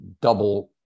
double